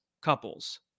couples